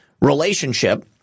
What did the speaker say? relationship